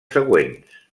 següents